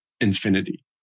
infinity